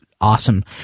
awesome